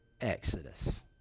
Exodus